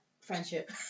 friendship